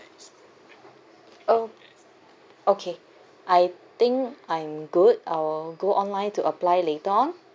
oh okay I think I'm good I'll go online to apply later on